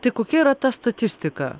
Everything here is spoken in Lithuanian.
tai kokia yra ta statistika